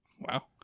Wow